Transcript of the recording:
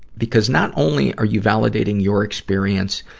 because not only are you validating your experience,